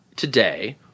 today